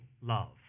love